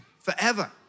forever